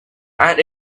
and